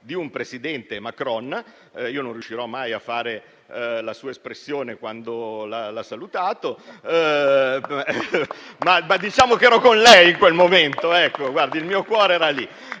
di un presidente Macron - non riuscirò mai a replicare la sua espressione quando l'ha salutato, ma diciamo che ero con lei in quel momento, il mio cuore era lì